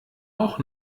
auch